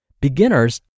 Beginners